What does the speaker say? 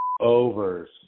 Overs